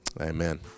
amen